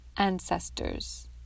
ancestors